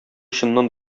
чыннан